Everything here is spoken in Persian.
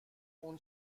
اون